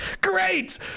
great